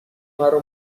مرا